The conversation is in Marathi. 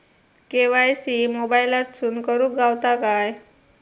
के.वाय.सी मोबाईलातसून करुक गावता काय?